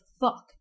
Fuck